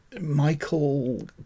Michael